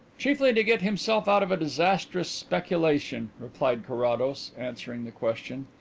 chiefly to get himself out of a disastrous speculation, replied carrados, answering the question.